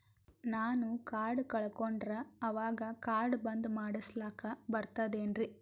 ನಾನು ಕಾರ್ಡ್ ಕಳಕೊಂಡರ ಅವಾಗ ಕಾರ್ಡ್ ಬಂದ್ ಮಾಡಸ್ಲಾಕ ಬರ್ತದೇನ್ರಿ?